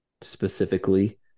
specifically